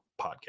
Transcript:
Podcast